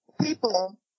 people